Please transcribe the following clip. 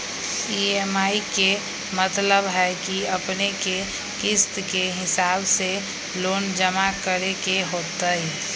EMI के मतलब है कि अपने के किस्त के हिसाब से लोन जमा करे के होतेई?